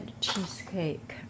cheesecake